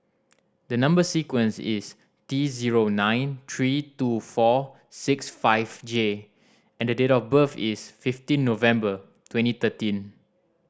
the number sequence is T zero nine three two four six five J and the date of birth is fifteen November twenty thirteen